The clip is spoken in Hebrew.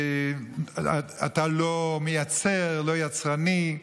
אתה לא מייצר, לא יצרני,